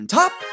top